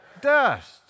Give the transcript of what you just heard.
Dust